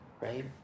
right